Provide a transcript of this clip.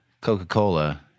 Coca-Cola